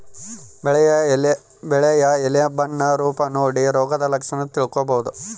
ಬೆಳೆಯ ಎಲೆ ಬಣ್ಣ ರೂಪ ನೋಡಿ ರೋಗದ ಲಕ್ಷಣ ತಿಳ್ಕೋಬೋದು